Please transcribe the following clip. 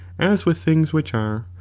as with things which are,